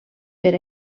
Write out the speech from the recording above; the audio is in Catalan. per